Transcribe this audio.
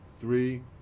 three